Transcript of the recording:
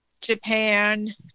Japan